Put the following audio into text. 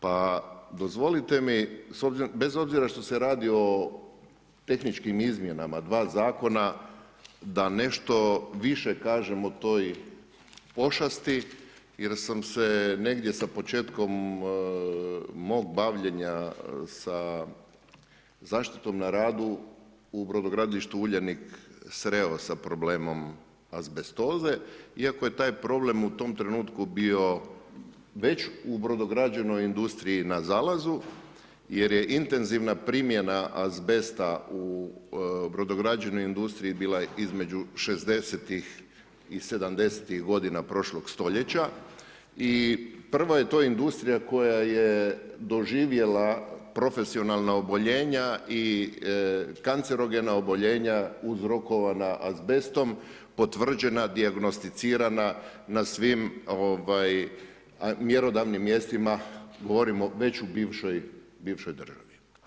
Pa dozvolite mi, bez obzira što se radi o tehničkim izmjenama dva zakona, da nešto više kažem o toj pošasti, jer sam se negdje sa početkom mog bavljenja sa zaštitom na radu u brodogradilištu Uljanik sreo sa problemom azbestoze, iako je tak problem u to vrijeme već bio u brodograđevnoj industriji na zalazu, jer je intenzivna primjena azbesta u brodograđevnoj industriji bila između 60-tih i 70-tih godina prošloga stoljeća i prva je to industrija koja je doživjela profesionalna oboljenja i kancerogena oboljenja uzrokovana azbestom potvrđena, dijagnosticirana na svim mjerodavnim mjestima, govorim već u bivšoj državi.